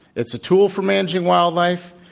it's a tool for managing wildlife,